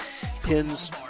pins